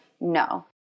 No